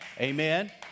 Amen